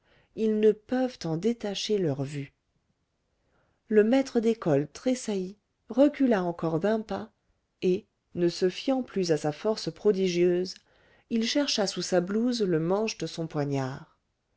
ils ne peuvent en détacher leur vue le maître d'école tressaillit recula encore d'un pas et ne se fiant plus à sa force prodigieuse il chercha sous sa blouse le manche de son poignard